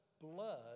blood